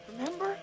Remember